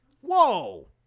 Whoa